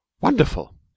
Wonderful